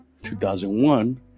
2001